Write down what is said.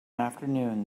afternoon